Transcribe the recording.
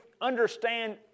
understand